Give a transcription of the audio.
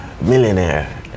millionaire